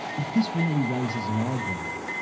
if this rarely raises an eyebrow,